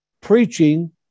Preaching